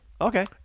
Okay